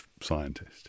scientist